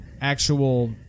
actual